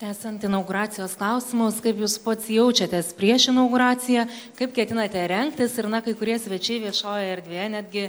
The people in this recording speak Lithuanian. tęsiant inauguracijos klausimus kaip jūs pats jaučiatės prieš inauguraciją kaip ketinate rengtis ir na kai kurie svečiai viešojoje erdvėje netgi